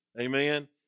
Amen